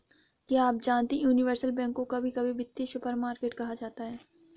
क्या आप जानते है यूनिवर्सल बैंक को कभी कभी वित्तीय सुपरमार्केट कहा जाता है?